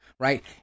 Right